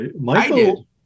Michael